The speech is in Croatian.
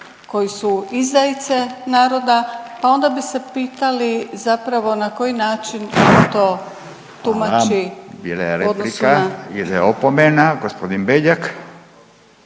koji su izdajice naroda, pa onda bi se pitali zapravo na koji način ona to tumači u odnosu